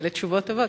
אלה תשובות טובות.